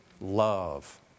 love